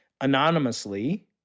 anonymously